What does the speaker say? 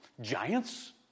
giants